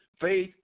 faith